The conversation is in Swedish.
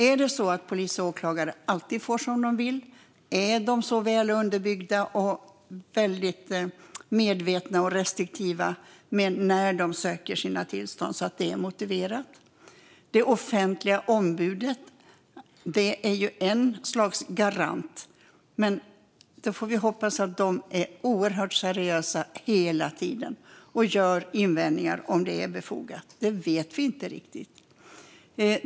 Får polis och åklagare alltid som de vill? Är ansökningarna väl underbyggda? Är de som ansöker medvetna och restriktiva när de söker sina tillstånd? Det offentliga ombudet är ett slags garant, men vi får hoppas att dessa ombud hela tiden agerar oerhört seriöst och framför invändningar om det är befogat. Det vet vi inte riktigt.